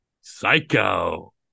Psycho